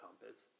compass